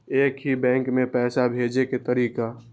एक ही बैंक मे पैसा भेजे के तरीका?